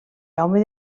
jaume